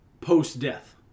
post-death